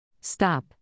Stop